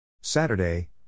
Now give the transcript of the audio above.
Saturday